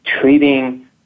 treating